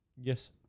Yes